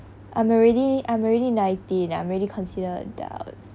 I'm already I'm already nineteen I'm already considered adult